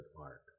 arc